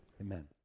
amen